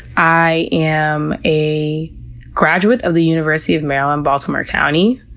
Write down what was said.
i am a graduate of the university of maryland, baltimore county,